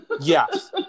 yes